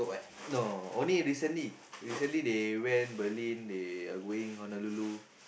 no only recently recently they went Berlin they are going Honolulu